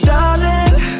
Darling